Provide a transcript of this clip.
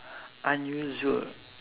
unusual